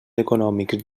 econòmics